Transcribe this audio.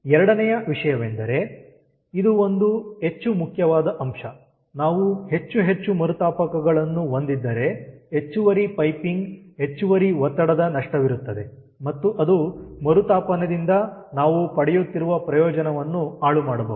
ಎರಡನೆಯ ವಿಷಯವೆಂದರೆ ಇದು ಒಂದು ಹೆಚ್ಚು ಮುಖ್ಯವಾದ ಅಂಶ ನಾವು ಹೆಚ್ಚು ಹೆಚ್ಚು ಮರುತಾಪಕಗಳನ್ನು ಹೊಂದಿದ್ದರೆ ಹೆಚ್ಚುವರಿ ಪೈಪಿಂಗ್ ಹೆಚ್ಚುವರಿ ಒತ್ತಡದ ನಷ್ಟವಿರುತ್ತದೆ ಮತ್ತು ಅದು ಮರುತಾಪನದಿಂದ ನಾವು ಪಡೆಯುತ್ತಿರುವ ಪ್ರಯೋಜನವನ್ನು ಹಾಳುಮಾಡಬಹುದು